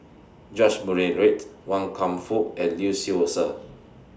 George Murray Reith Wan Kam Fook and Lee Seow Ser